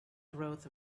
growth